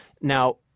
Now